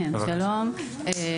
שלום,